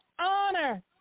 Honor